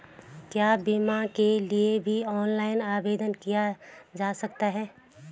क्या बीमा के लिए भी ऑनलाइन आवेदन किया जा सकता है?